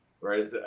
right